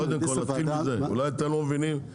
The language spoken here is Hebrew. קודם כול נתחיל מזה, אולי אתם לא מבינים את ההבדל.